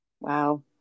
Wow